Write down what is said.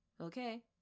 okay